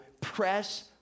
press